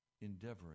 endeavoring